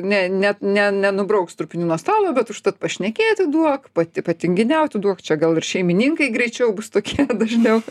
ne ne ne nenubrauks trupinių nuo stalo bet užtat pašnekėti duok pati patinginiauti duok čia gal ir šeimininkai greičiau bus tokie dažniau